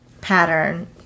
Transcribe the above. pattern